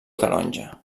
taronja